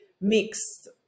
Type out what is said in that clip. mixed